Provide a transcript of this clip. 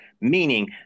Meaning